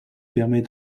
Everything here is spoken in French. permet